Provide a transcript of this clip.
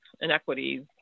inequities